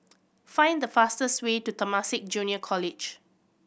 find the fastest way to Temasek Junior College